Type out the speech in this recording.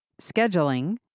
scheduling